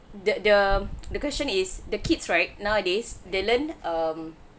the the the question is the kids right nowadays they learned um